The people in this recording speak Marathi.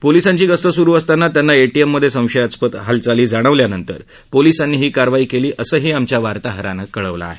पोलीसांची गस्त सुरु असताना त्यांना एटीएम मध्ये संशयास्पद हालचाली जाणावल्यानंतर पोलीसांनी ही कारवाई केली असंही आमच्या वार्ताहरानं कळवलं आहे